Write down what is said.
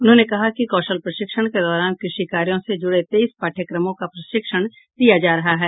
उन्होंने कहा कि कौशल प्रशिक्षण के दौरान कृषि कार्यों से जुड़े तेईस पाठ्यक्रमों का प्रशिक्षण दिया जा रहा है